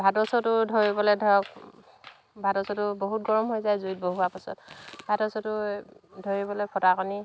ভাতৰ চৰুটো ধৰিবলৈ ধৰক ভাতৰ চৰুটো বহুত গৰম হৈ যায় জুইত বহোৱাৰ পাছত ভাতৰ চৰুটো ধৰিবলৈ ফটাকানি